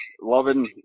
loving